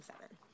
seven